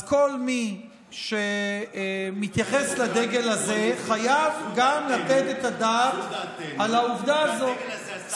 אז כל מי שמתייחס לדגל הזה חייב גם לתת את הדעת על העובדה הזו.